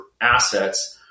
assets